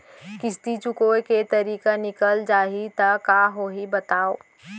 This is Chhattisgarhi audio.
किस्ती चुकोय के तारीक निकल जाही त का होही बताव?